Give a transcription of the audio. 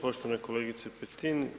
Poštovana kolegice Petin.